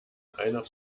einer